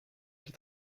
qui